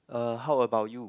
uh how about you